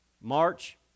march